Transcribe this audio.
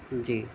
جی